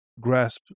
grasp